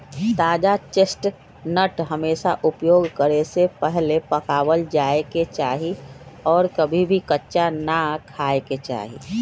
ताजा चेस्टनट हमेशा उपयोग करे से पहले पकावल जाये के चाहि और कभी भी कच्चा ना खाय के चाहि